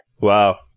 Wow